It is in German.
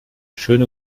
schöne